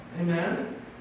Amen